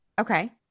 Okay